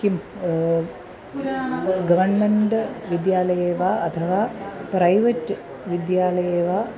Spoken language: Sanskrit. किं गवर्मेण्ड् विद्यालये वा अथवा प्रैवेट् विद्यालये वा